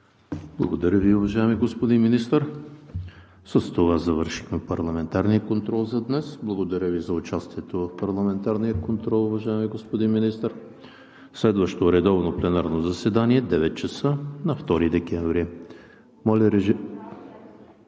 Благодаря Ви, уважаеми господин Министър. С това завършихме парламентарния контрол за днес. Благодаря Ви за участието в парламентарния контрол, уважаеми господин Министър. Следващо редовно пленарно заседание на 2 декември